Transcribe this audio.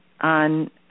on